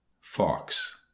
fox